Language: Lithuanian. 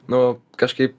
nu kažkaip